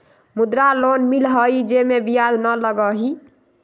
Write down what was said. मुद्रा लोन मिलहई जे में ब्याज न लगहई?